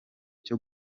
cyo